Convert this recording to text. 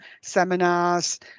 seminars